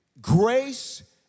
grace